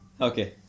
okay